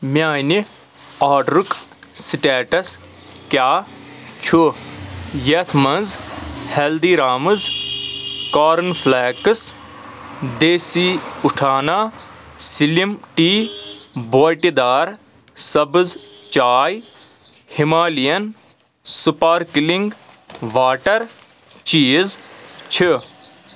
میٛانہِ آرڈرُک سِٹیٹس کیٛاہ چھُ یتھ مَنٛز ہلدیٖرامز کارن فلیکس دیسی اُتھانہٕ سلِم ٹی بۄٹہِ دار سبٕز چاے ہِمالین سپارکلِنٛگ واٹر چیٖز چھِ